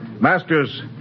Masters